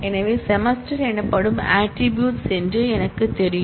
எனவே செமஸ்டர் எனப்படும் ஆட்ரிபூட்ஸ் என்று எனக்குத் தெரியும்